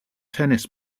tennis